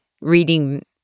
reading